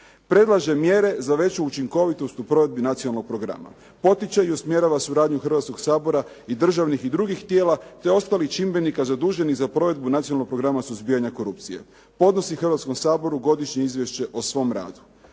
predlaže mjere za veću učinkovitost u provedbi nacionalnog programa, potiče i usmjerava suradnju Hrvatskog sabora i državnih i drugih tijela te ostalih čimbenika zaduženih za provedbu Nacionalnog programa suzbijanja korupcije, podnosi Hrvatskom saboru godišnje izvješće o svom radu.